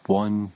one